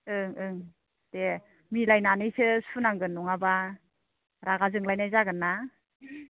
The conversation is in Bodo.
ओं ओं दे मिलायनानैसो सुनांगोन नङाबा रागा जोंलायनाय जागोनना